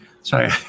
Sorry